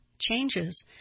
changes